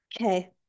Okay